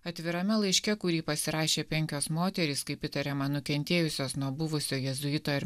atvirame laiške kurį pasirašė penkios moterys kaip įtariama nukentėjusios nuo buvusio jėzuito ir